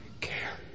care